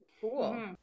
Cool